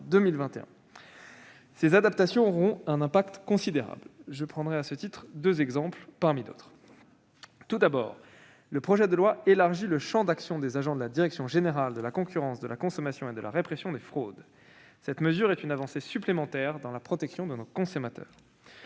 Ces adaptations auront un impact considérable. Je prendrai, à ce titre, deux exemples parmi d'autres. Tout d'abord, le projet de loi élargit le champ d'action des agents de la direction générale de la concurrence, de la consommation et de la répression des fraudes, la DGCCRF. Cette mesure est une avancée supplémentaire dans la protection de nos consommateurs.